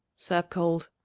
serve cold.